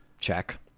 Check